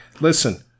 listen